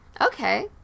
Okay